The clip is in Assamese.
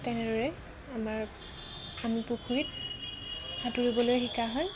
তেনেদৰে আমাৰ আমি পুখুৰীত সাঁতুৰিবলৈ শিকা হয়